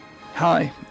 Hi